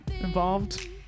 involved